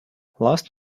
last